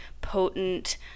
potent